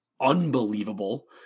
unbelievable